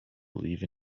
believe